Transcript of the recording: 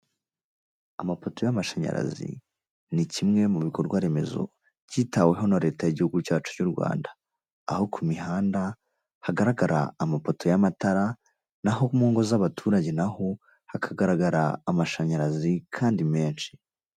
Amapoto y'amashanyarazi ni kimwe mu bikorwaremezo, kitaweho na leta y'igihugu cyacu cy'u Rwanda. Aho kumihanda, hagaragara amapoto y'amatara, naho mu ngo z'abaturage naho hakagaragara amashanyarazi kandi menshi.